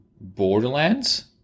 Borderlands